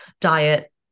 diet